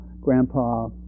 grandpa